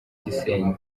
gisenyi